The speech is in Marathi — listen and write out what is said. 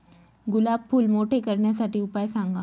गुलाब फूल मोठे करण्यासाठी उपाय सांगा?